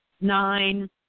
nine